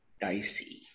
dicey